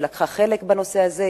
שלקחה חלק בנושא הזה.